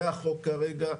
זה החוק כרגע,